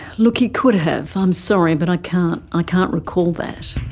look he could have, i'm sorry, but i can't, i can't recall that.